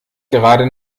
gerade